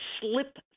slip